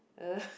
uh